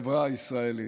בחברה הישראלית.